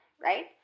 right